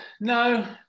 no